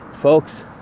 folks